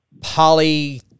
poly-